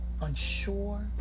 unsure